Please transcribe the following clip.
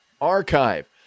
Archive